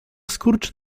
skurcz